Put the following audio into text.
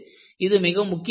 இதுவும் முக்கியமானது